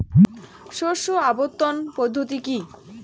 শস্য আবর্তন পদ্ধতি কি?